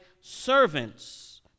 servants